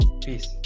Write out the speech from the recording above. Peace